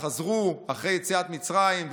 חזרו אחרי יציאת מצרים,